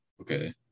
Okay